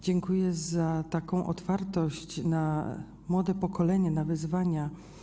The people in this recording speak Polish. Dziękuję za otwartość na młode pokolenie, na wyzwania.